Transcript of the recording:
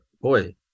Boy